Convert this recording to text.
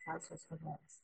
disertacijos vadovas